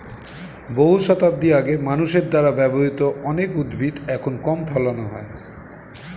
বহু শতাব্দী আগে মানুষের দ্বারা ব্যবহৃত অনেক উদ্ভিদ এখন কম ফলানো হয়